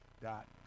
dot